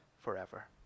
forever